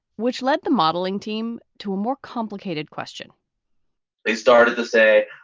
which led the modeling team to a more complicated question they started to say,